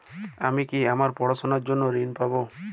আমি কি আমার পড়াশোনার জন্য ঋণ পাব?